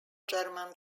german